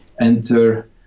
enter